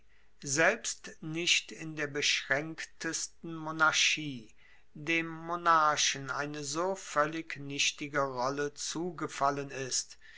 selbst nicht in der beschraenktesten monarchie dem monarchen eine so voellig nichtige rolle zugefallen ist